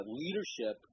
leadership